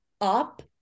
up